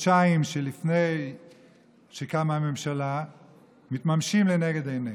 בחודשיים שלפני שקמה הממשלה מתממשים לנגד עינינו.